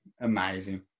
amazing